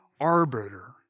arbiter